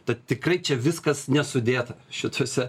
tad tikrai čia viskas nesudėta šituose